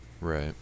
right